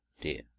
dear